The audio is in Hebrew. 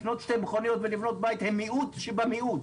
לרכוש שתי מכוניות ולבנות בית הם מיעוט שבמיעוט.